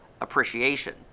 appreciation